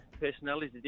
personalities